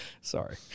Sorry